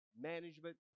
management